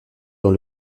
dans